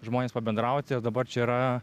žmonės pabendrauti o dabar čia yra